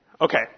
Okay